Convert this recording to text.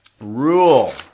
rule